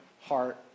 heart